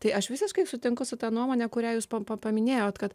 tai aš visiškai sutinku su ta nuomonė kurią jūs pa paminėjot kad